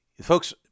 folks